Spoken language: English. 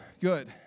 Good